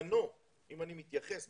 שנתיים מהשחרור